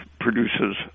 produces